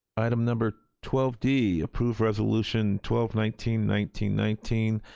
item number twelve d, approve resolution twelve nineteen nineteen nineteen,